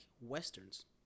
Westerns